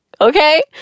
okay